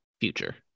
future